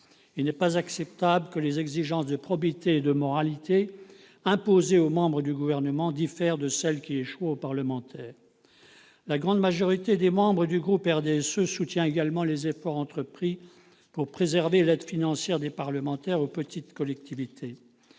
Il n'était pas acceptable que les exigences de probité et de moralité imposées aux membres du Gouvernement diffèrent de celles qui échoient aux parlementaires. La grande majorité des membres du groupe du RDSE soutient également les efforts entrepris pour préserver l'aide financière des parlementaires aux petites collectivités.